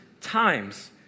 times